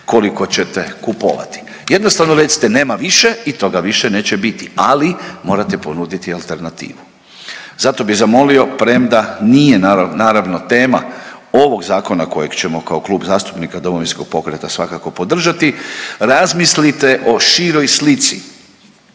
koliko ćete kupovati. Jednostavno recite nema više i toga više neće biti ali, morate ponuditi alternativu. Zato bi zamolio premda, nije naravno tema ovog zakona kojeg ćemo kao Klub zastupnika Domovinskog pokreta svakako podržati razmislite o široj slici,